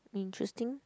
interesting